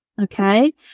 okay